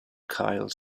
kyle